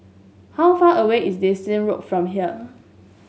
how far away is Dyson Road from here